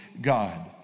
God